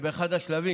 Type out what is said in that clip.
באחד השלבים,